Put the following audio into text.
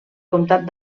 comtat